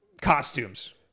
costumes